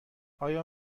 آیا